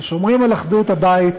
ששומרים על אחדות הבית,